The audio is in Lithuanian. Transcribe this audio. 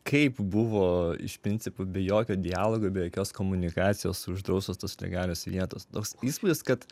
kaip buvo iš principo be jokio dialogo be jokios komunikacijos uždraustos tos legalios vietos toks įspūdis kad